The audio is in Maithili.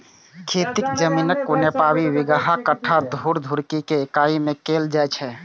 खेतीक जमीनक नापी बिगहा, कट्ठा, धूर, धुड़की के इकाइ मे कैल जाए छै